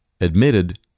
admitted